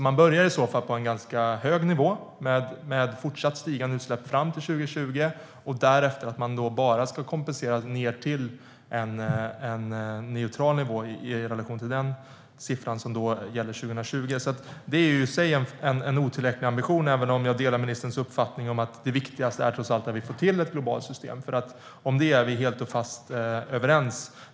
Man börjar i så fall på en ganska hög nivå med fortsatt stigande utsläpp fram till 2020, och därefter ska man bara kompensera ned till en neutral nivå i relation till den siffra som gäller 2020. Det är i sig en otillräcklig ambition, även om jag delar ministerns uppfattning att det viktigaste trots allt är att vi får till ett globalt system - om det är vi helt överens.